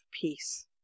peace